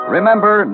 Remember